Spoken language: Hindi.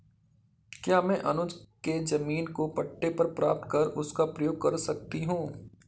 क्या मैं अनुज के जमीन को पट्टे पर प्राप्त कर उसका प्रयोग कर सकती हूं?